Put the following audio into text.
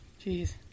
Jeez